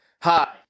Hi